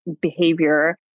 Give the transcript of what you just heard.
behavior